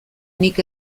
nik